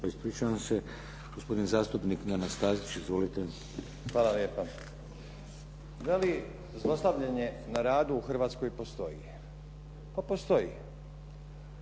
ispričavam se. Gospodin zastupnik Nenad Stazić. Izvolite. **Stazić, Nenad (SDP)** Hvala lijepa. Da li zlostavljanje na radu u Hrvatskoj postoji? Pa postoji.